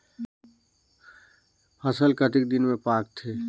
फसल कतेक दिन मे पाकथे?